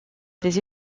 des